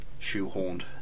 shoehorned